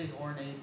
ornate